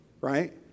right